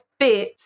fit